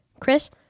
Chris